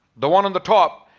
the one on the top,